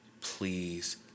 please